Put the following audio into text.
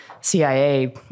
CIA